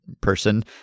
person